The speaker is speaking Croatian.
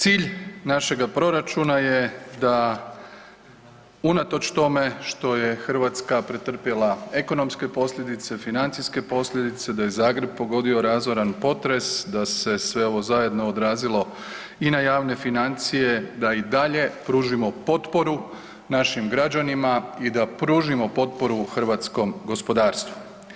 Cilj našega proračuna je da unatoč tome što je Hrvatska pretrpjela ekonomske posljedice, financijske posljedice, da je Zagreb pogodio razoran potres, da se sve ovo zajedno odrazilo i na javne financije, da i dalje pružimo potporu našim građanima i da pružimo potporu hrvatskom gospodarstvu.